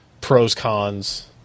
pros-cons